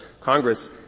Congress